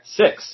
six